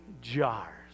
jars